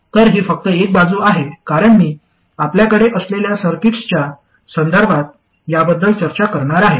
तर हि फक्त एक बाजू आहे कारण मी आपल्याकडे असलेल्या सर्किट्सच्या संदर्भात याबद्दल चर्चा करणार आहे